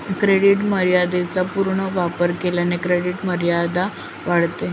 credit मर्यादेचा पूर्ण वापर केल्याने क्रेडिट वापरमर्यादा वाढते